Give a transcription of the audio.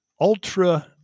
ultra